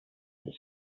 this